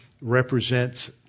represents